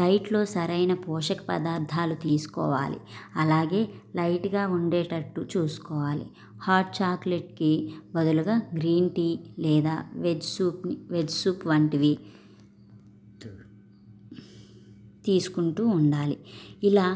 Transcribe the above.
డైట్లో సరైన పోషక పదార్థాలు తీసుకోవాలి అలాగే లైట్గా ఉండేటట్టు చూసుకోవాలి హాట్ చాక్లెట్కి బదులుగా గ్రీన్ టీ లేదా వెజ్ సూప్ని వెజ్ సూప్ వంటివి తీసుకుంటూ ఉండాలి ఇలా